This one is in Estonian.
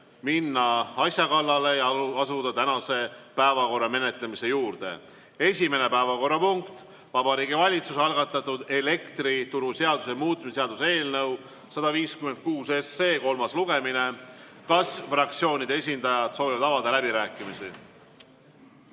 minna asja kallale ja asuda tänase päevakorra menetlemise juurde. Esimene päevakorrapunkt on Vabariigi Valitsuse algatatud elektrituruseaduse muutmise seaduse eelnõu 156 kolmas lugemine. Kas fraktsioonide esindajad soovivad avada läbirääkimised?